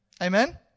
Amen